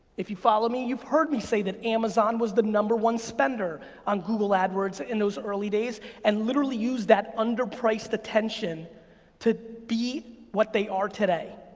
if you follow me, you've heard me say that amazon was the number one spender on google adwords in those early days and literally used that under priced attention to be what they are today.